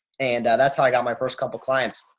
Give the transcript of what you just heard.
and that's how i got my first couple of clients.